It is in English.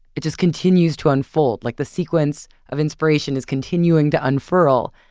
it just continues to unfold like the sequence of inspiration is continuing to unfurl.